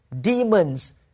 demons